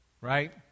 right